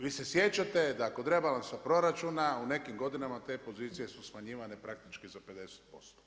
Vi se sjećate da kod rebalansa proračuna u nekim godinama te pozicije su smanjivane praktički za 50%